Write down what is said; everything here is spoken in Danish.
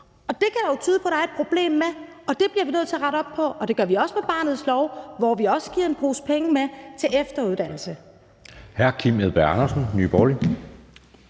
Det kan jo tyde på, at der er et problem med det, og det bliver vi nødt til at rette op på, og det gør vi med barnets lov, hvor vi også giver en pose penge med til efteruddannelse.